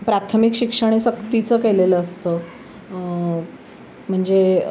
प्राथमिक शिक्षण हे सक्तीचं केलेलं असतं म्हणजे